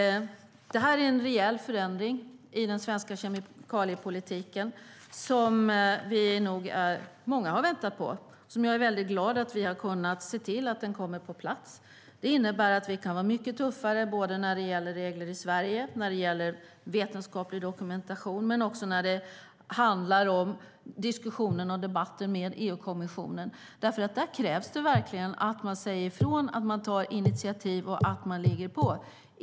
Detta är rejäl förändring i den svenska kemikaliepolitiken som många har väntat på. Jag är väldigt glad över att vi har kunnat se till att den kommer på plats. Den innebär att vi kan vara mycket tuffare när det gäller både regler i Sverige och vetenskaplig dokumentation. Vi kan också vara tuffare i diskussionen och debatten med EU-kommissionen. Där krävs det verkligen att man säger ifrån, att man tar initiativ och att man ligger på.